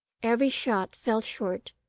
every shot fell short,